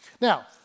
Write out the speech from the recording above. Now